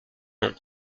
nom